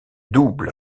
double